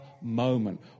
moment